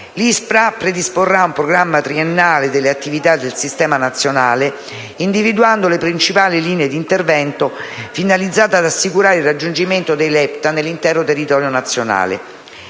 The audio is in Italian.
L'ISPRA predisporrà un programma triennale delle attività del Sistema nazionale, individuando le principali linee di intervento finalizzate ad assicurare il raggiungimento dei LEPTA nell'intero territorio nazionale.